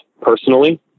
personally